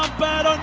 bad um